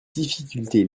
difficultés